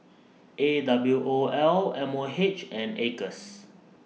A W O L M O H and Acres